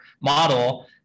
model